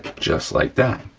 just like that,